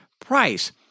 price